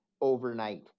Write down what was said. overnight